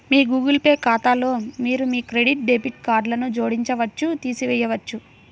మీ Google Pay ఖాతాలో మీరు మీ క్రెడిట్, డెబిట్ కార్డ్లను జోడించవచ్చు, తీసివేయవచ్చు